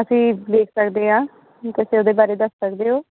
ਅਸੀਂ ਦੇਖ ਸਕਦੇ ਹਾਂ ਕੁਛ ਉਹਦੇ ਬਾਰੇ ਦੱਸ ਸਕਦੇ ਹੋ